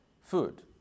food